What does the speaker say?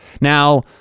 Now